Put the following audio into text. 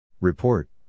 Report